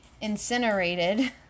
incinerated